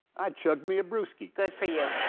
i chugged me a brewski. good for you.